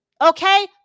Okay